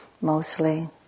mostly